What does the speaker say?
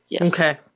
Okay